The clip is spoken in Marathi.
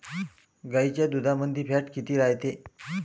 गाईच्या दुधामंदी फॅट किती रायते?